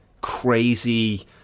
crazy